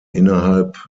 innerhalb